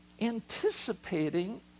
anticipating